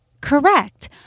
correct